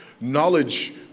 Knowledge